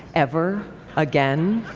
ever again?